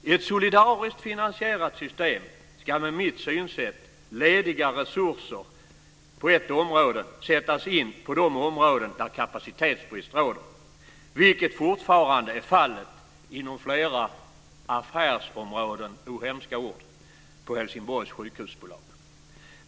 I ett solidariskt finansierat system ska med mitt synsätt lediga resurser på ett område sättas in på de områden där kapacitetsbrist råder, vilket fortfarande är fallet inom flera "affärsområden" - o hemska ord - på Helsingborgs sjukhusbolag.